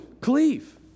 cleave